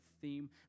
theme